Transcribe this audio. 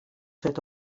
set